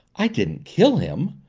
i didn't kill him!